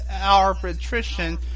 arbitration